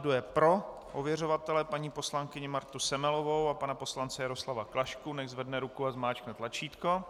Kdo je pro ověřovatele paní poslankyni Martu Semelovou a pana poslance Jaroslava Klašku, nechť zvedne ruku a zmáčkne tlačítko.